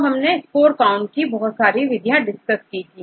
तो हमने score count की बहुत सारी विधियां डिसकस की थी